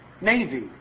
Navy